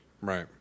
Right